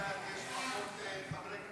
--- לאט-לאט יש פחות חברי כנסת.